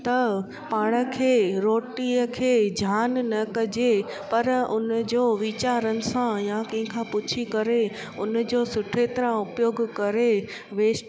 त पाण खे रोटीअ खे ज़्यानु न कजे पर उन जो वीचारनि सां या कंहिं खां पुछी करे उन जो सुठे तरह उपयोगु करे वेस्ट